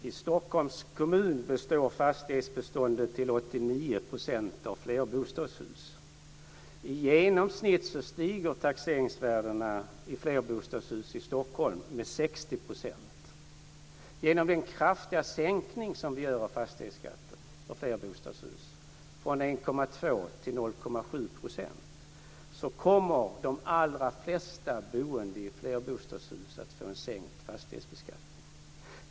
Fru talman! I Stockholms kommun består fastighetsbeståndet till 89 % av flerbostadshus. I genomsnitt stiger taxeringsvärdena i flerbostadshus i Stockholm med 60 %. Genom den kraftiga sänkning som vi gör av fastighetsskatten på flerbostadshus från 1,2 till 0,7 % kommer de allra flesta boende i flerbostadshus att få en sänkt fastighetsbeskattning.